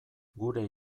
gure